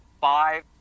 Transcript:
five